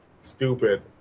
stupid